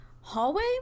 hallway